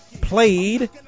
played